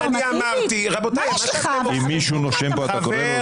אם מישהו נושם פה אתה קורא אותו לסדר?